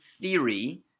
theory